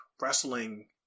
wrestling